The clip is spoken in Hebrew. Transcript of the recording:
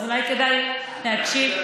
אז אולי כדאי להקשיב.